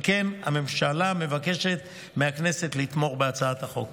על כן, הממשלה מבקשת מהכנסת לתמוך בהצעת החוק.